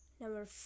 Number